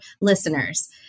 listeners